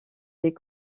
des